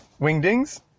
Wingdings